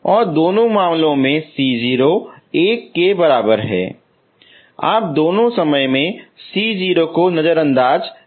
और दोनों मामलों में c0 1 के बराबर है आप दोनों समय में c0 को नज़र अंदाज़ करते हैं